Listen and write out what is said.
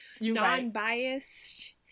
non-biased